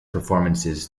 performances